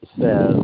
says